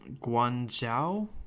Guangzhou